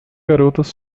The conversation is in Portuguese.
garotas